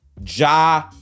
Ja